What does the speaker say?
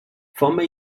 forma